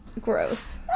Gross